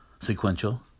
sequential